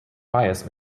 bias